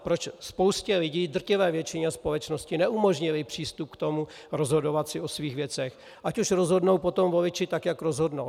Proč spoustě lidí, drtivé většině společnosti, neumožnili přístup k tomu, rozhodovat si o svých věcech, ať už rozhodnou potom voliči tak, jak rozhodnou?